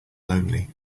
lonely